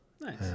Nice